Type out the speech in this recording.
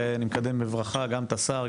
אני מקדם בברכה גם את השר,